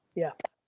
yeah,